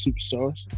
Superstars